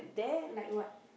like what